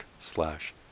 slash